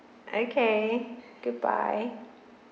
okay goodbye